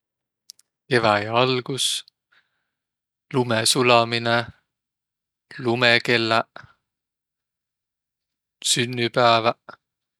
Keväjä algus, lumõ sulaminõ, lumõkelläq.